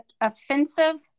offensive